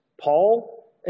Paul